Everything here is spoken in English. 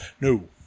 No